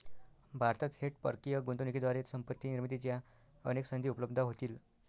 भारतात थेट परकीय गुंतवणुकीद्वारे संपत्ती निर्मितीच्या अनेक संधी उपलब्ध होतील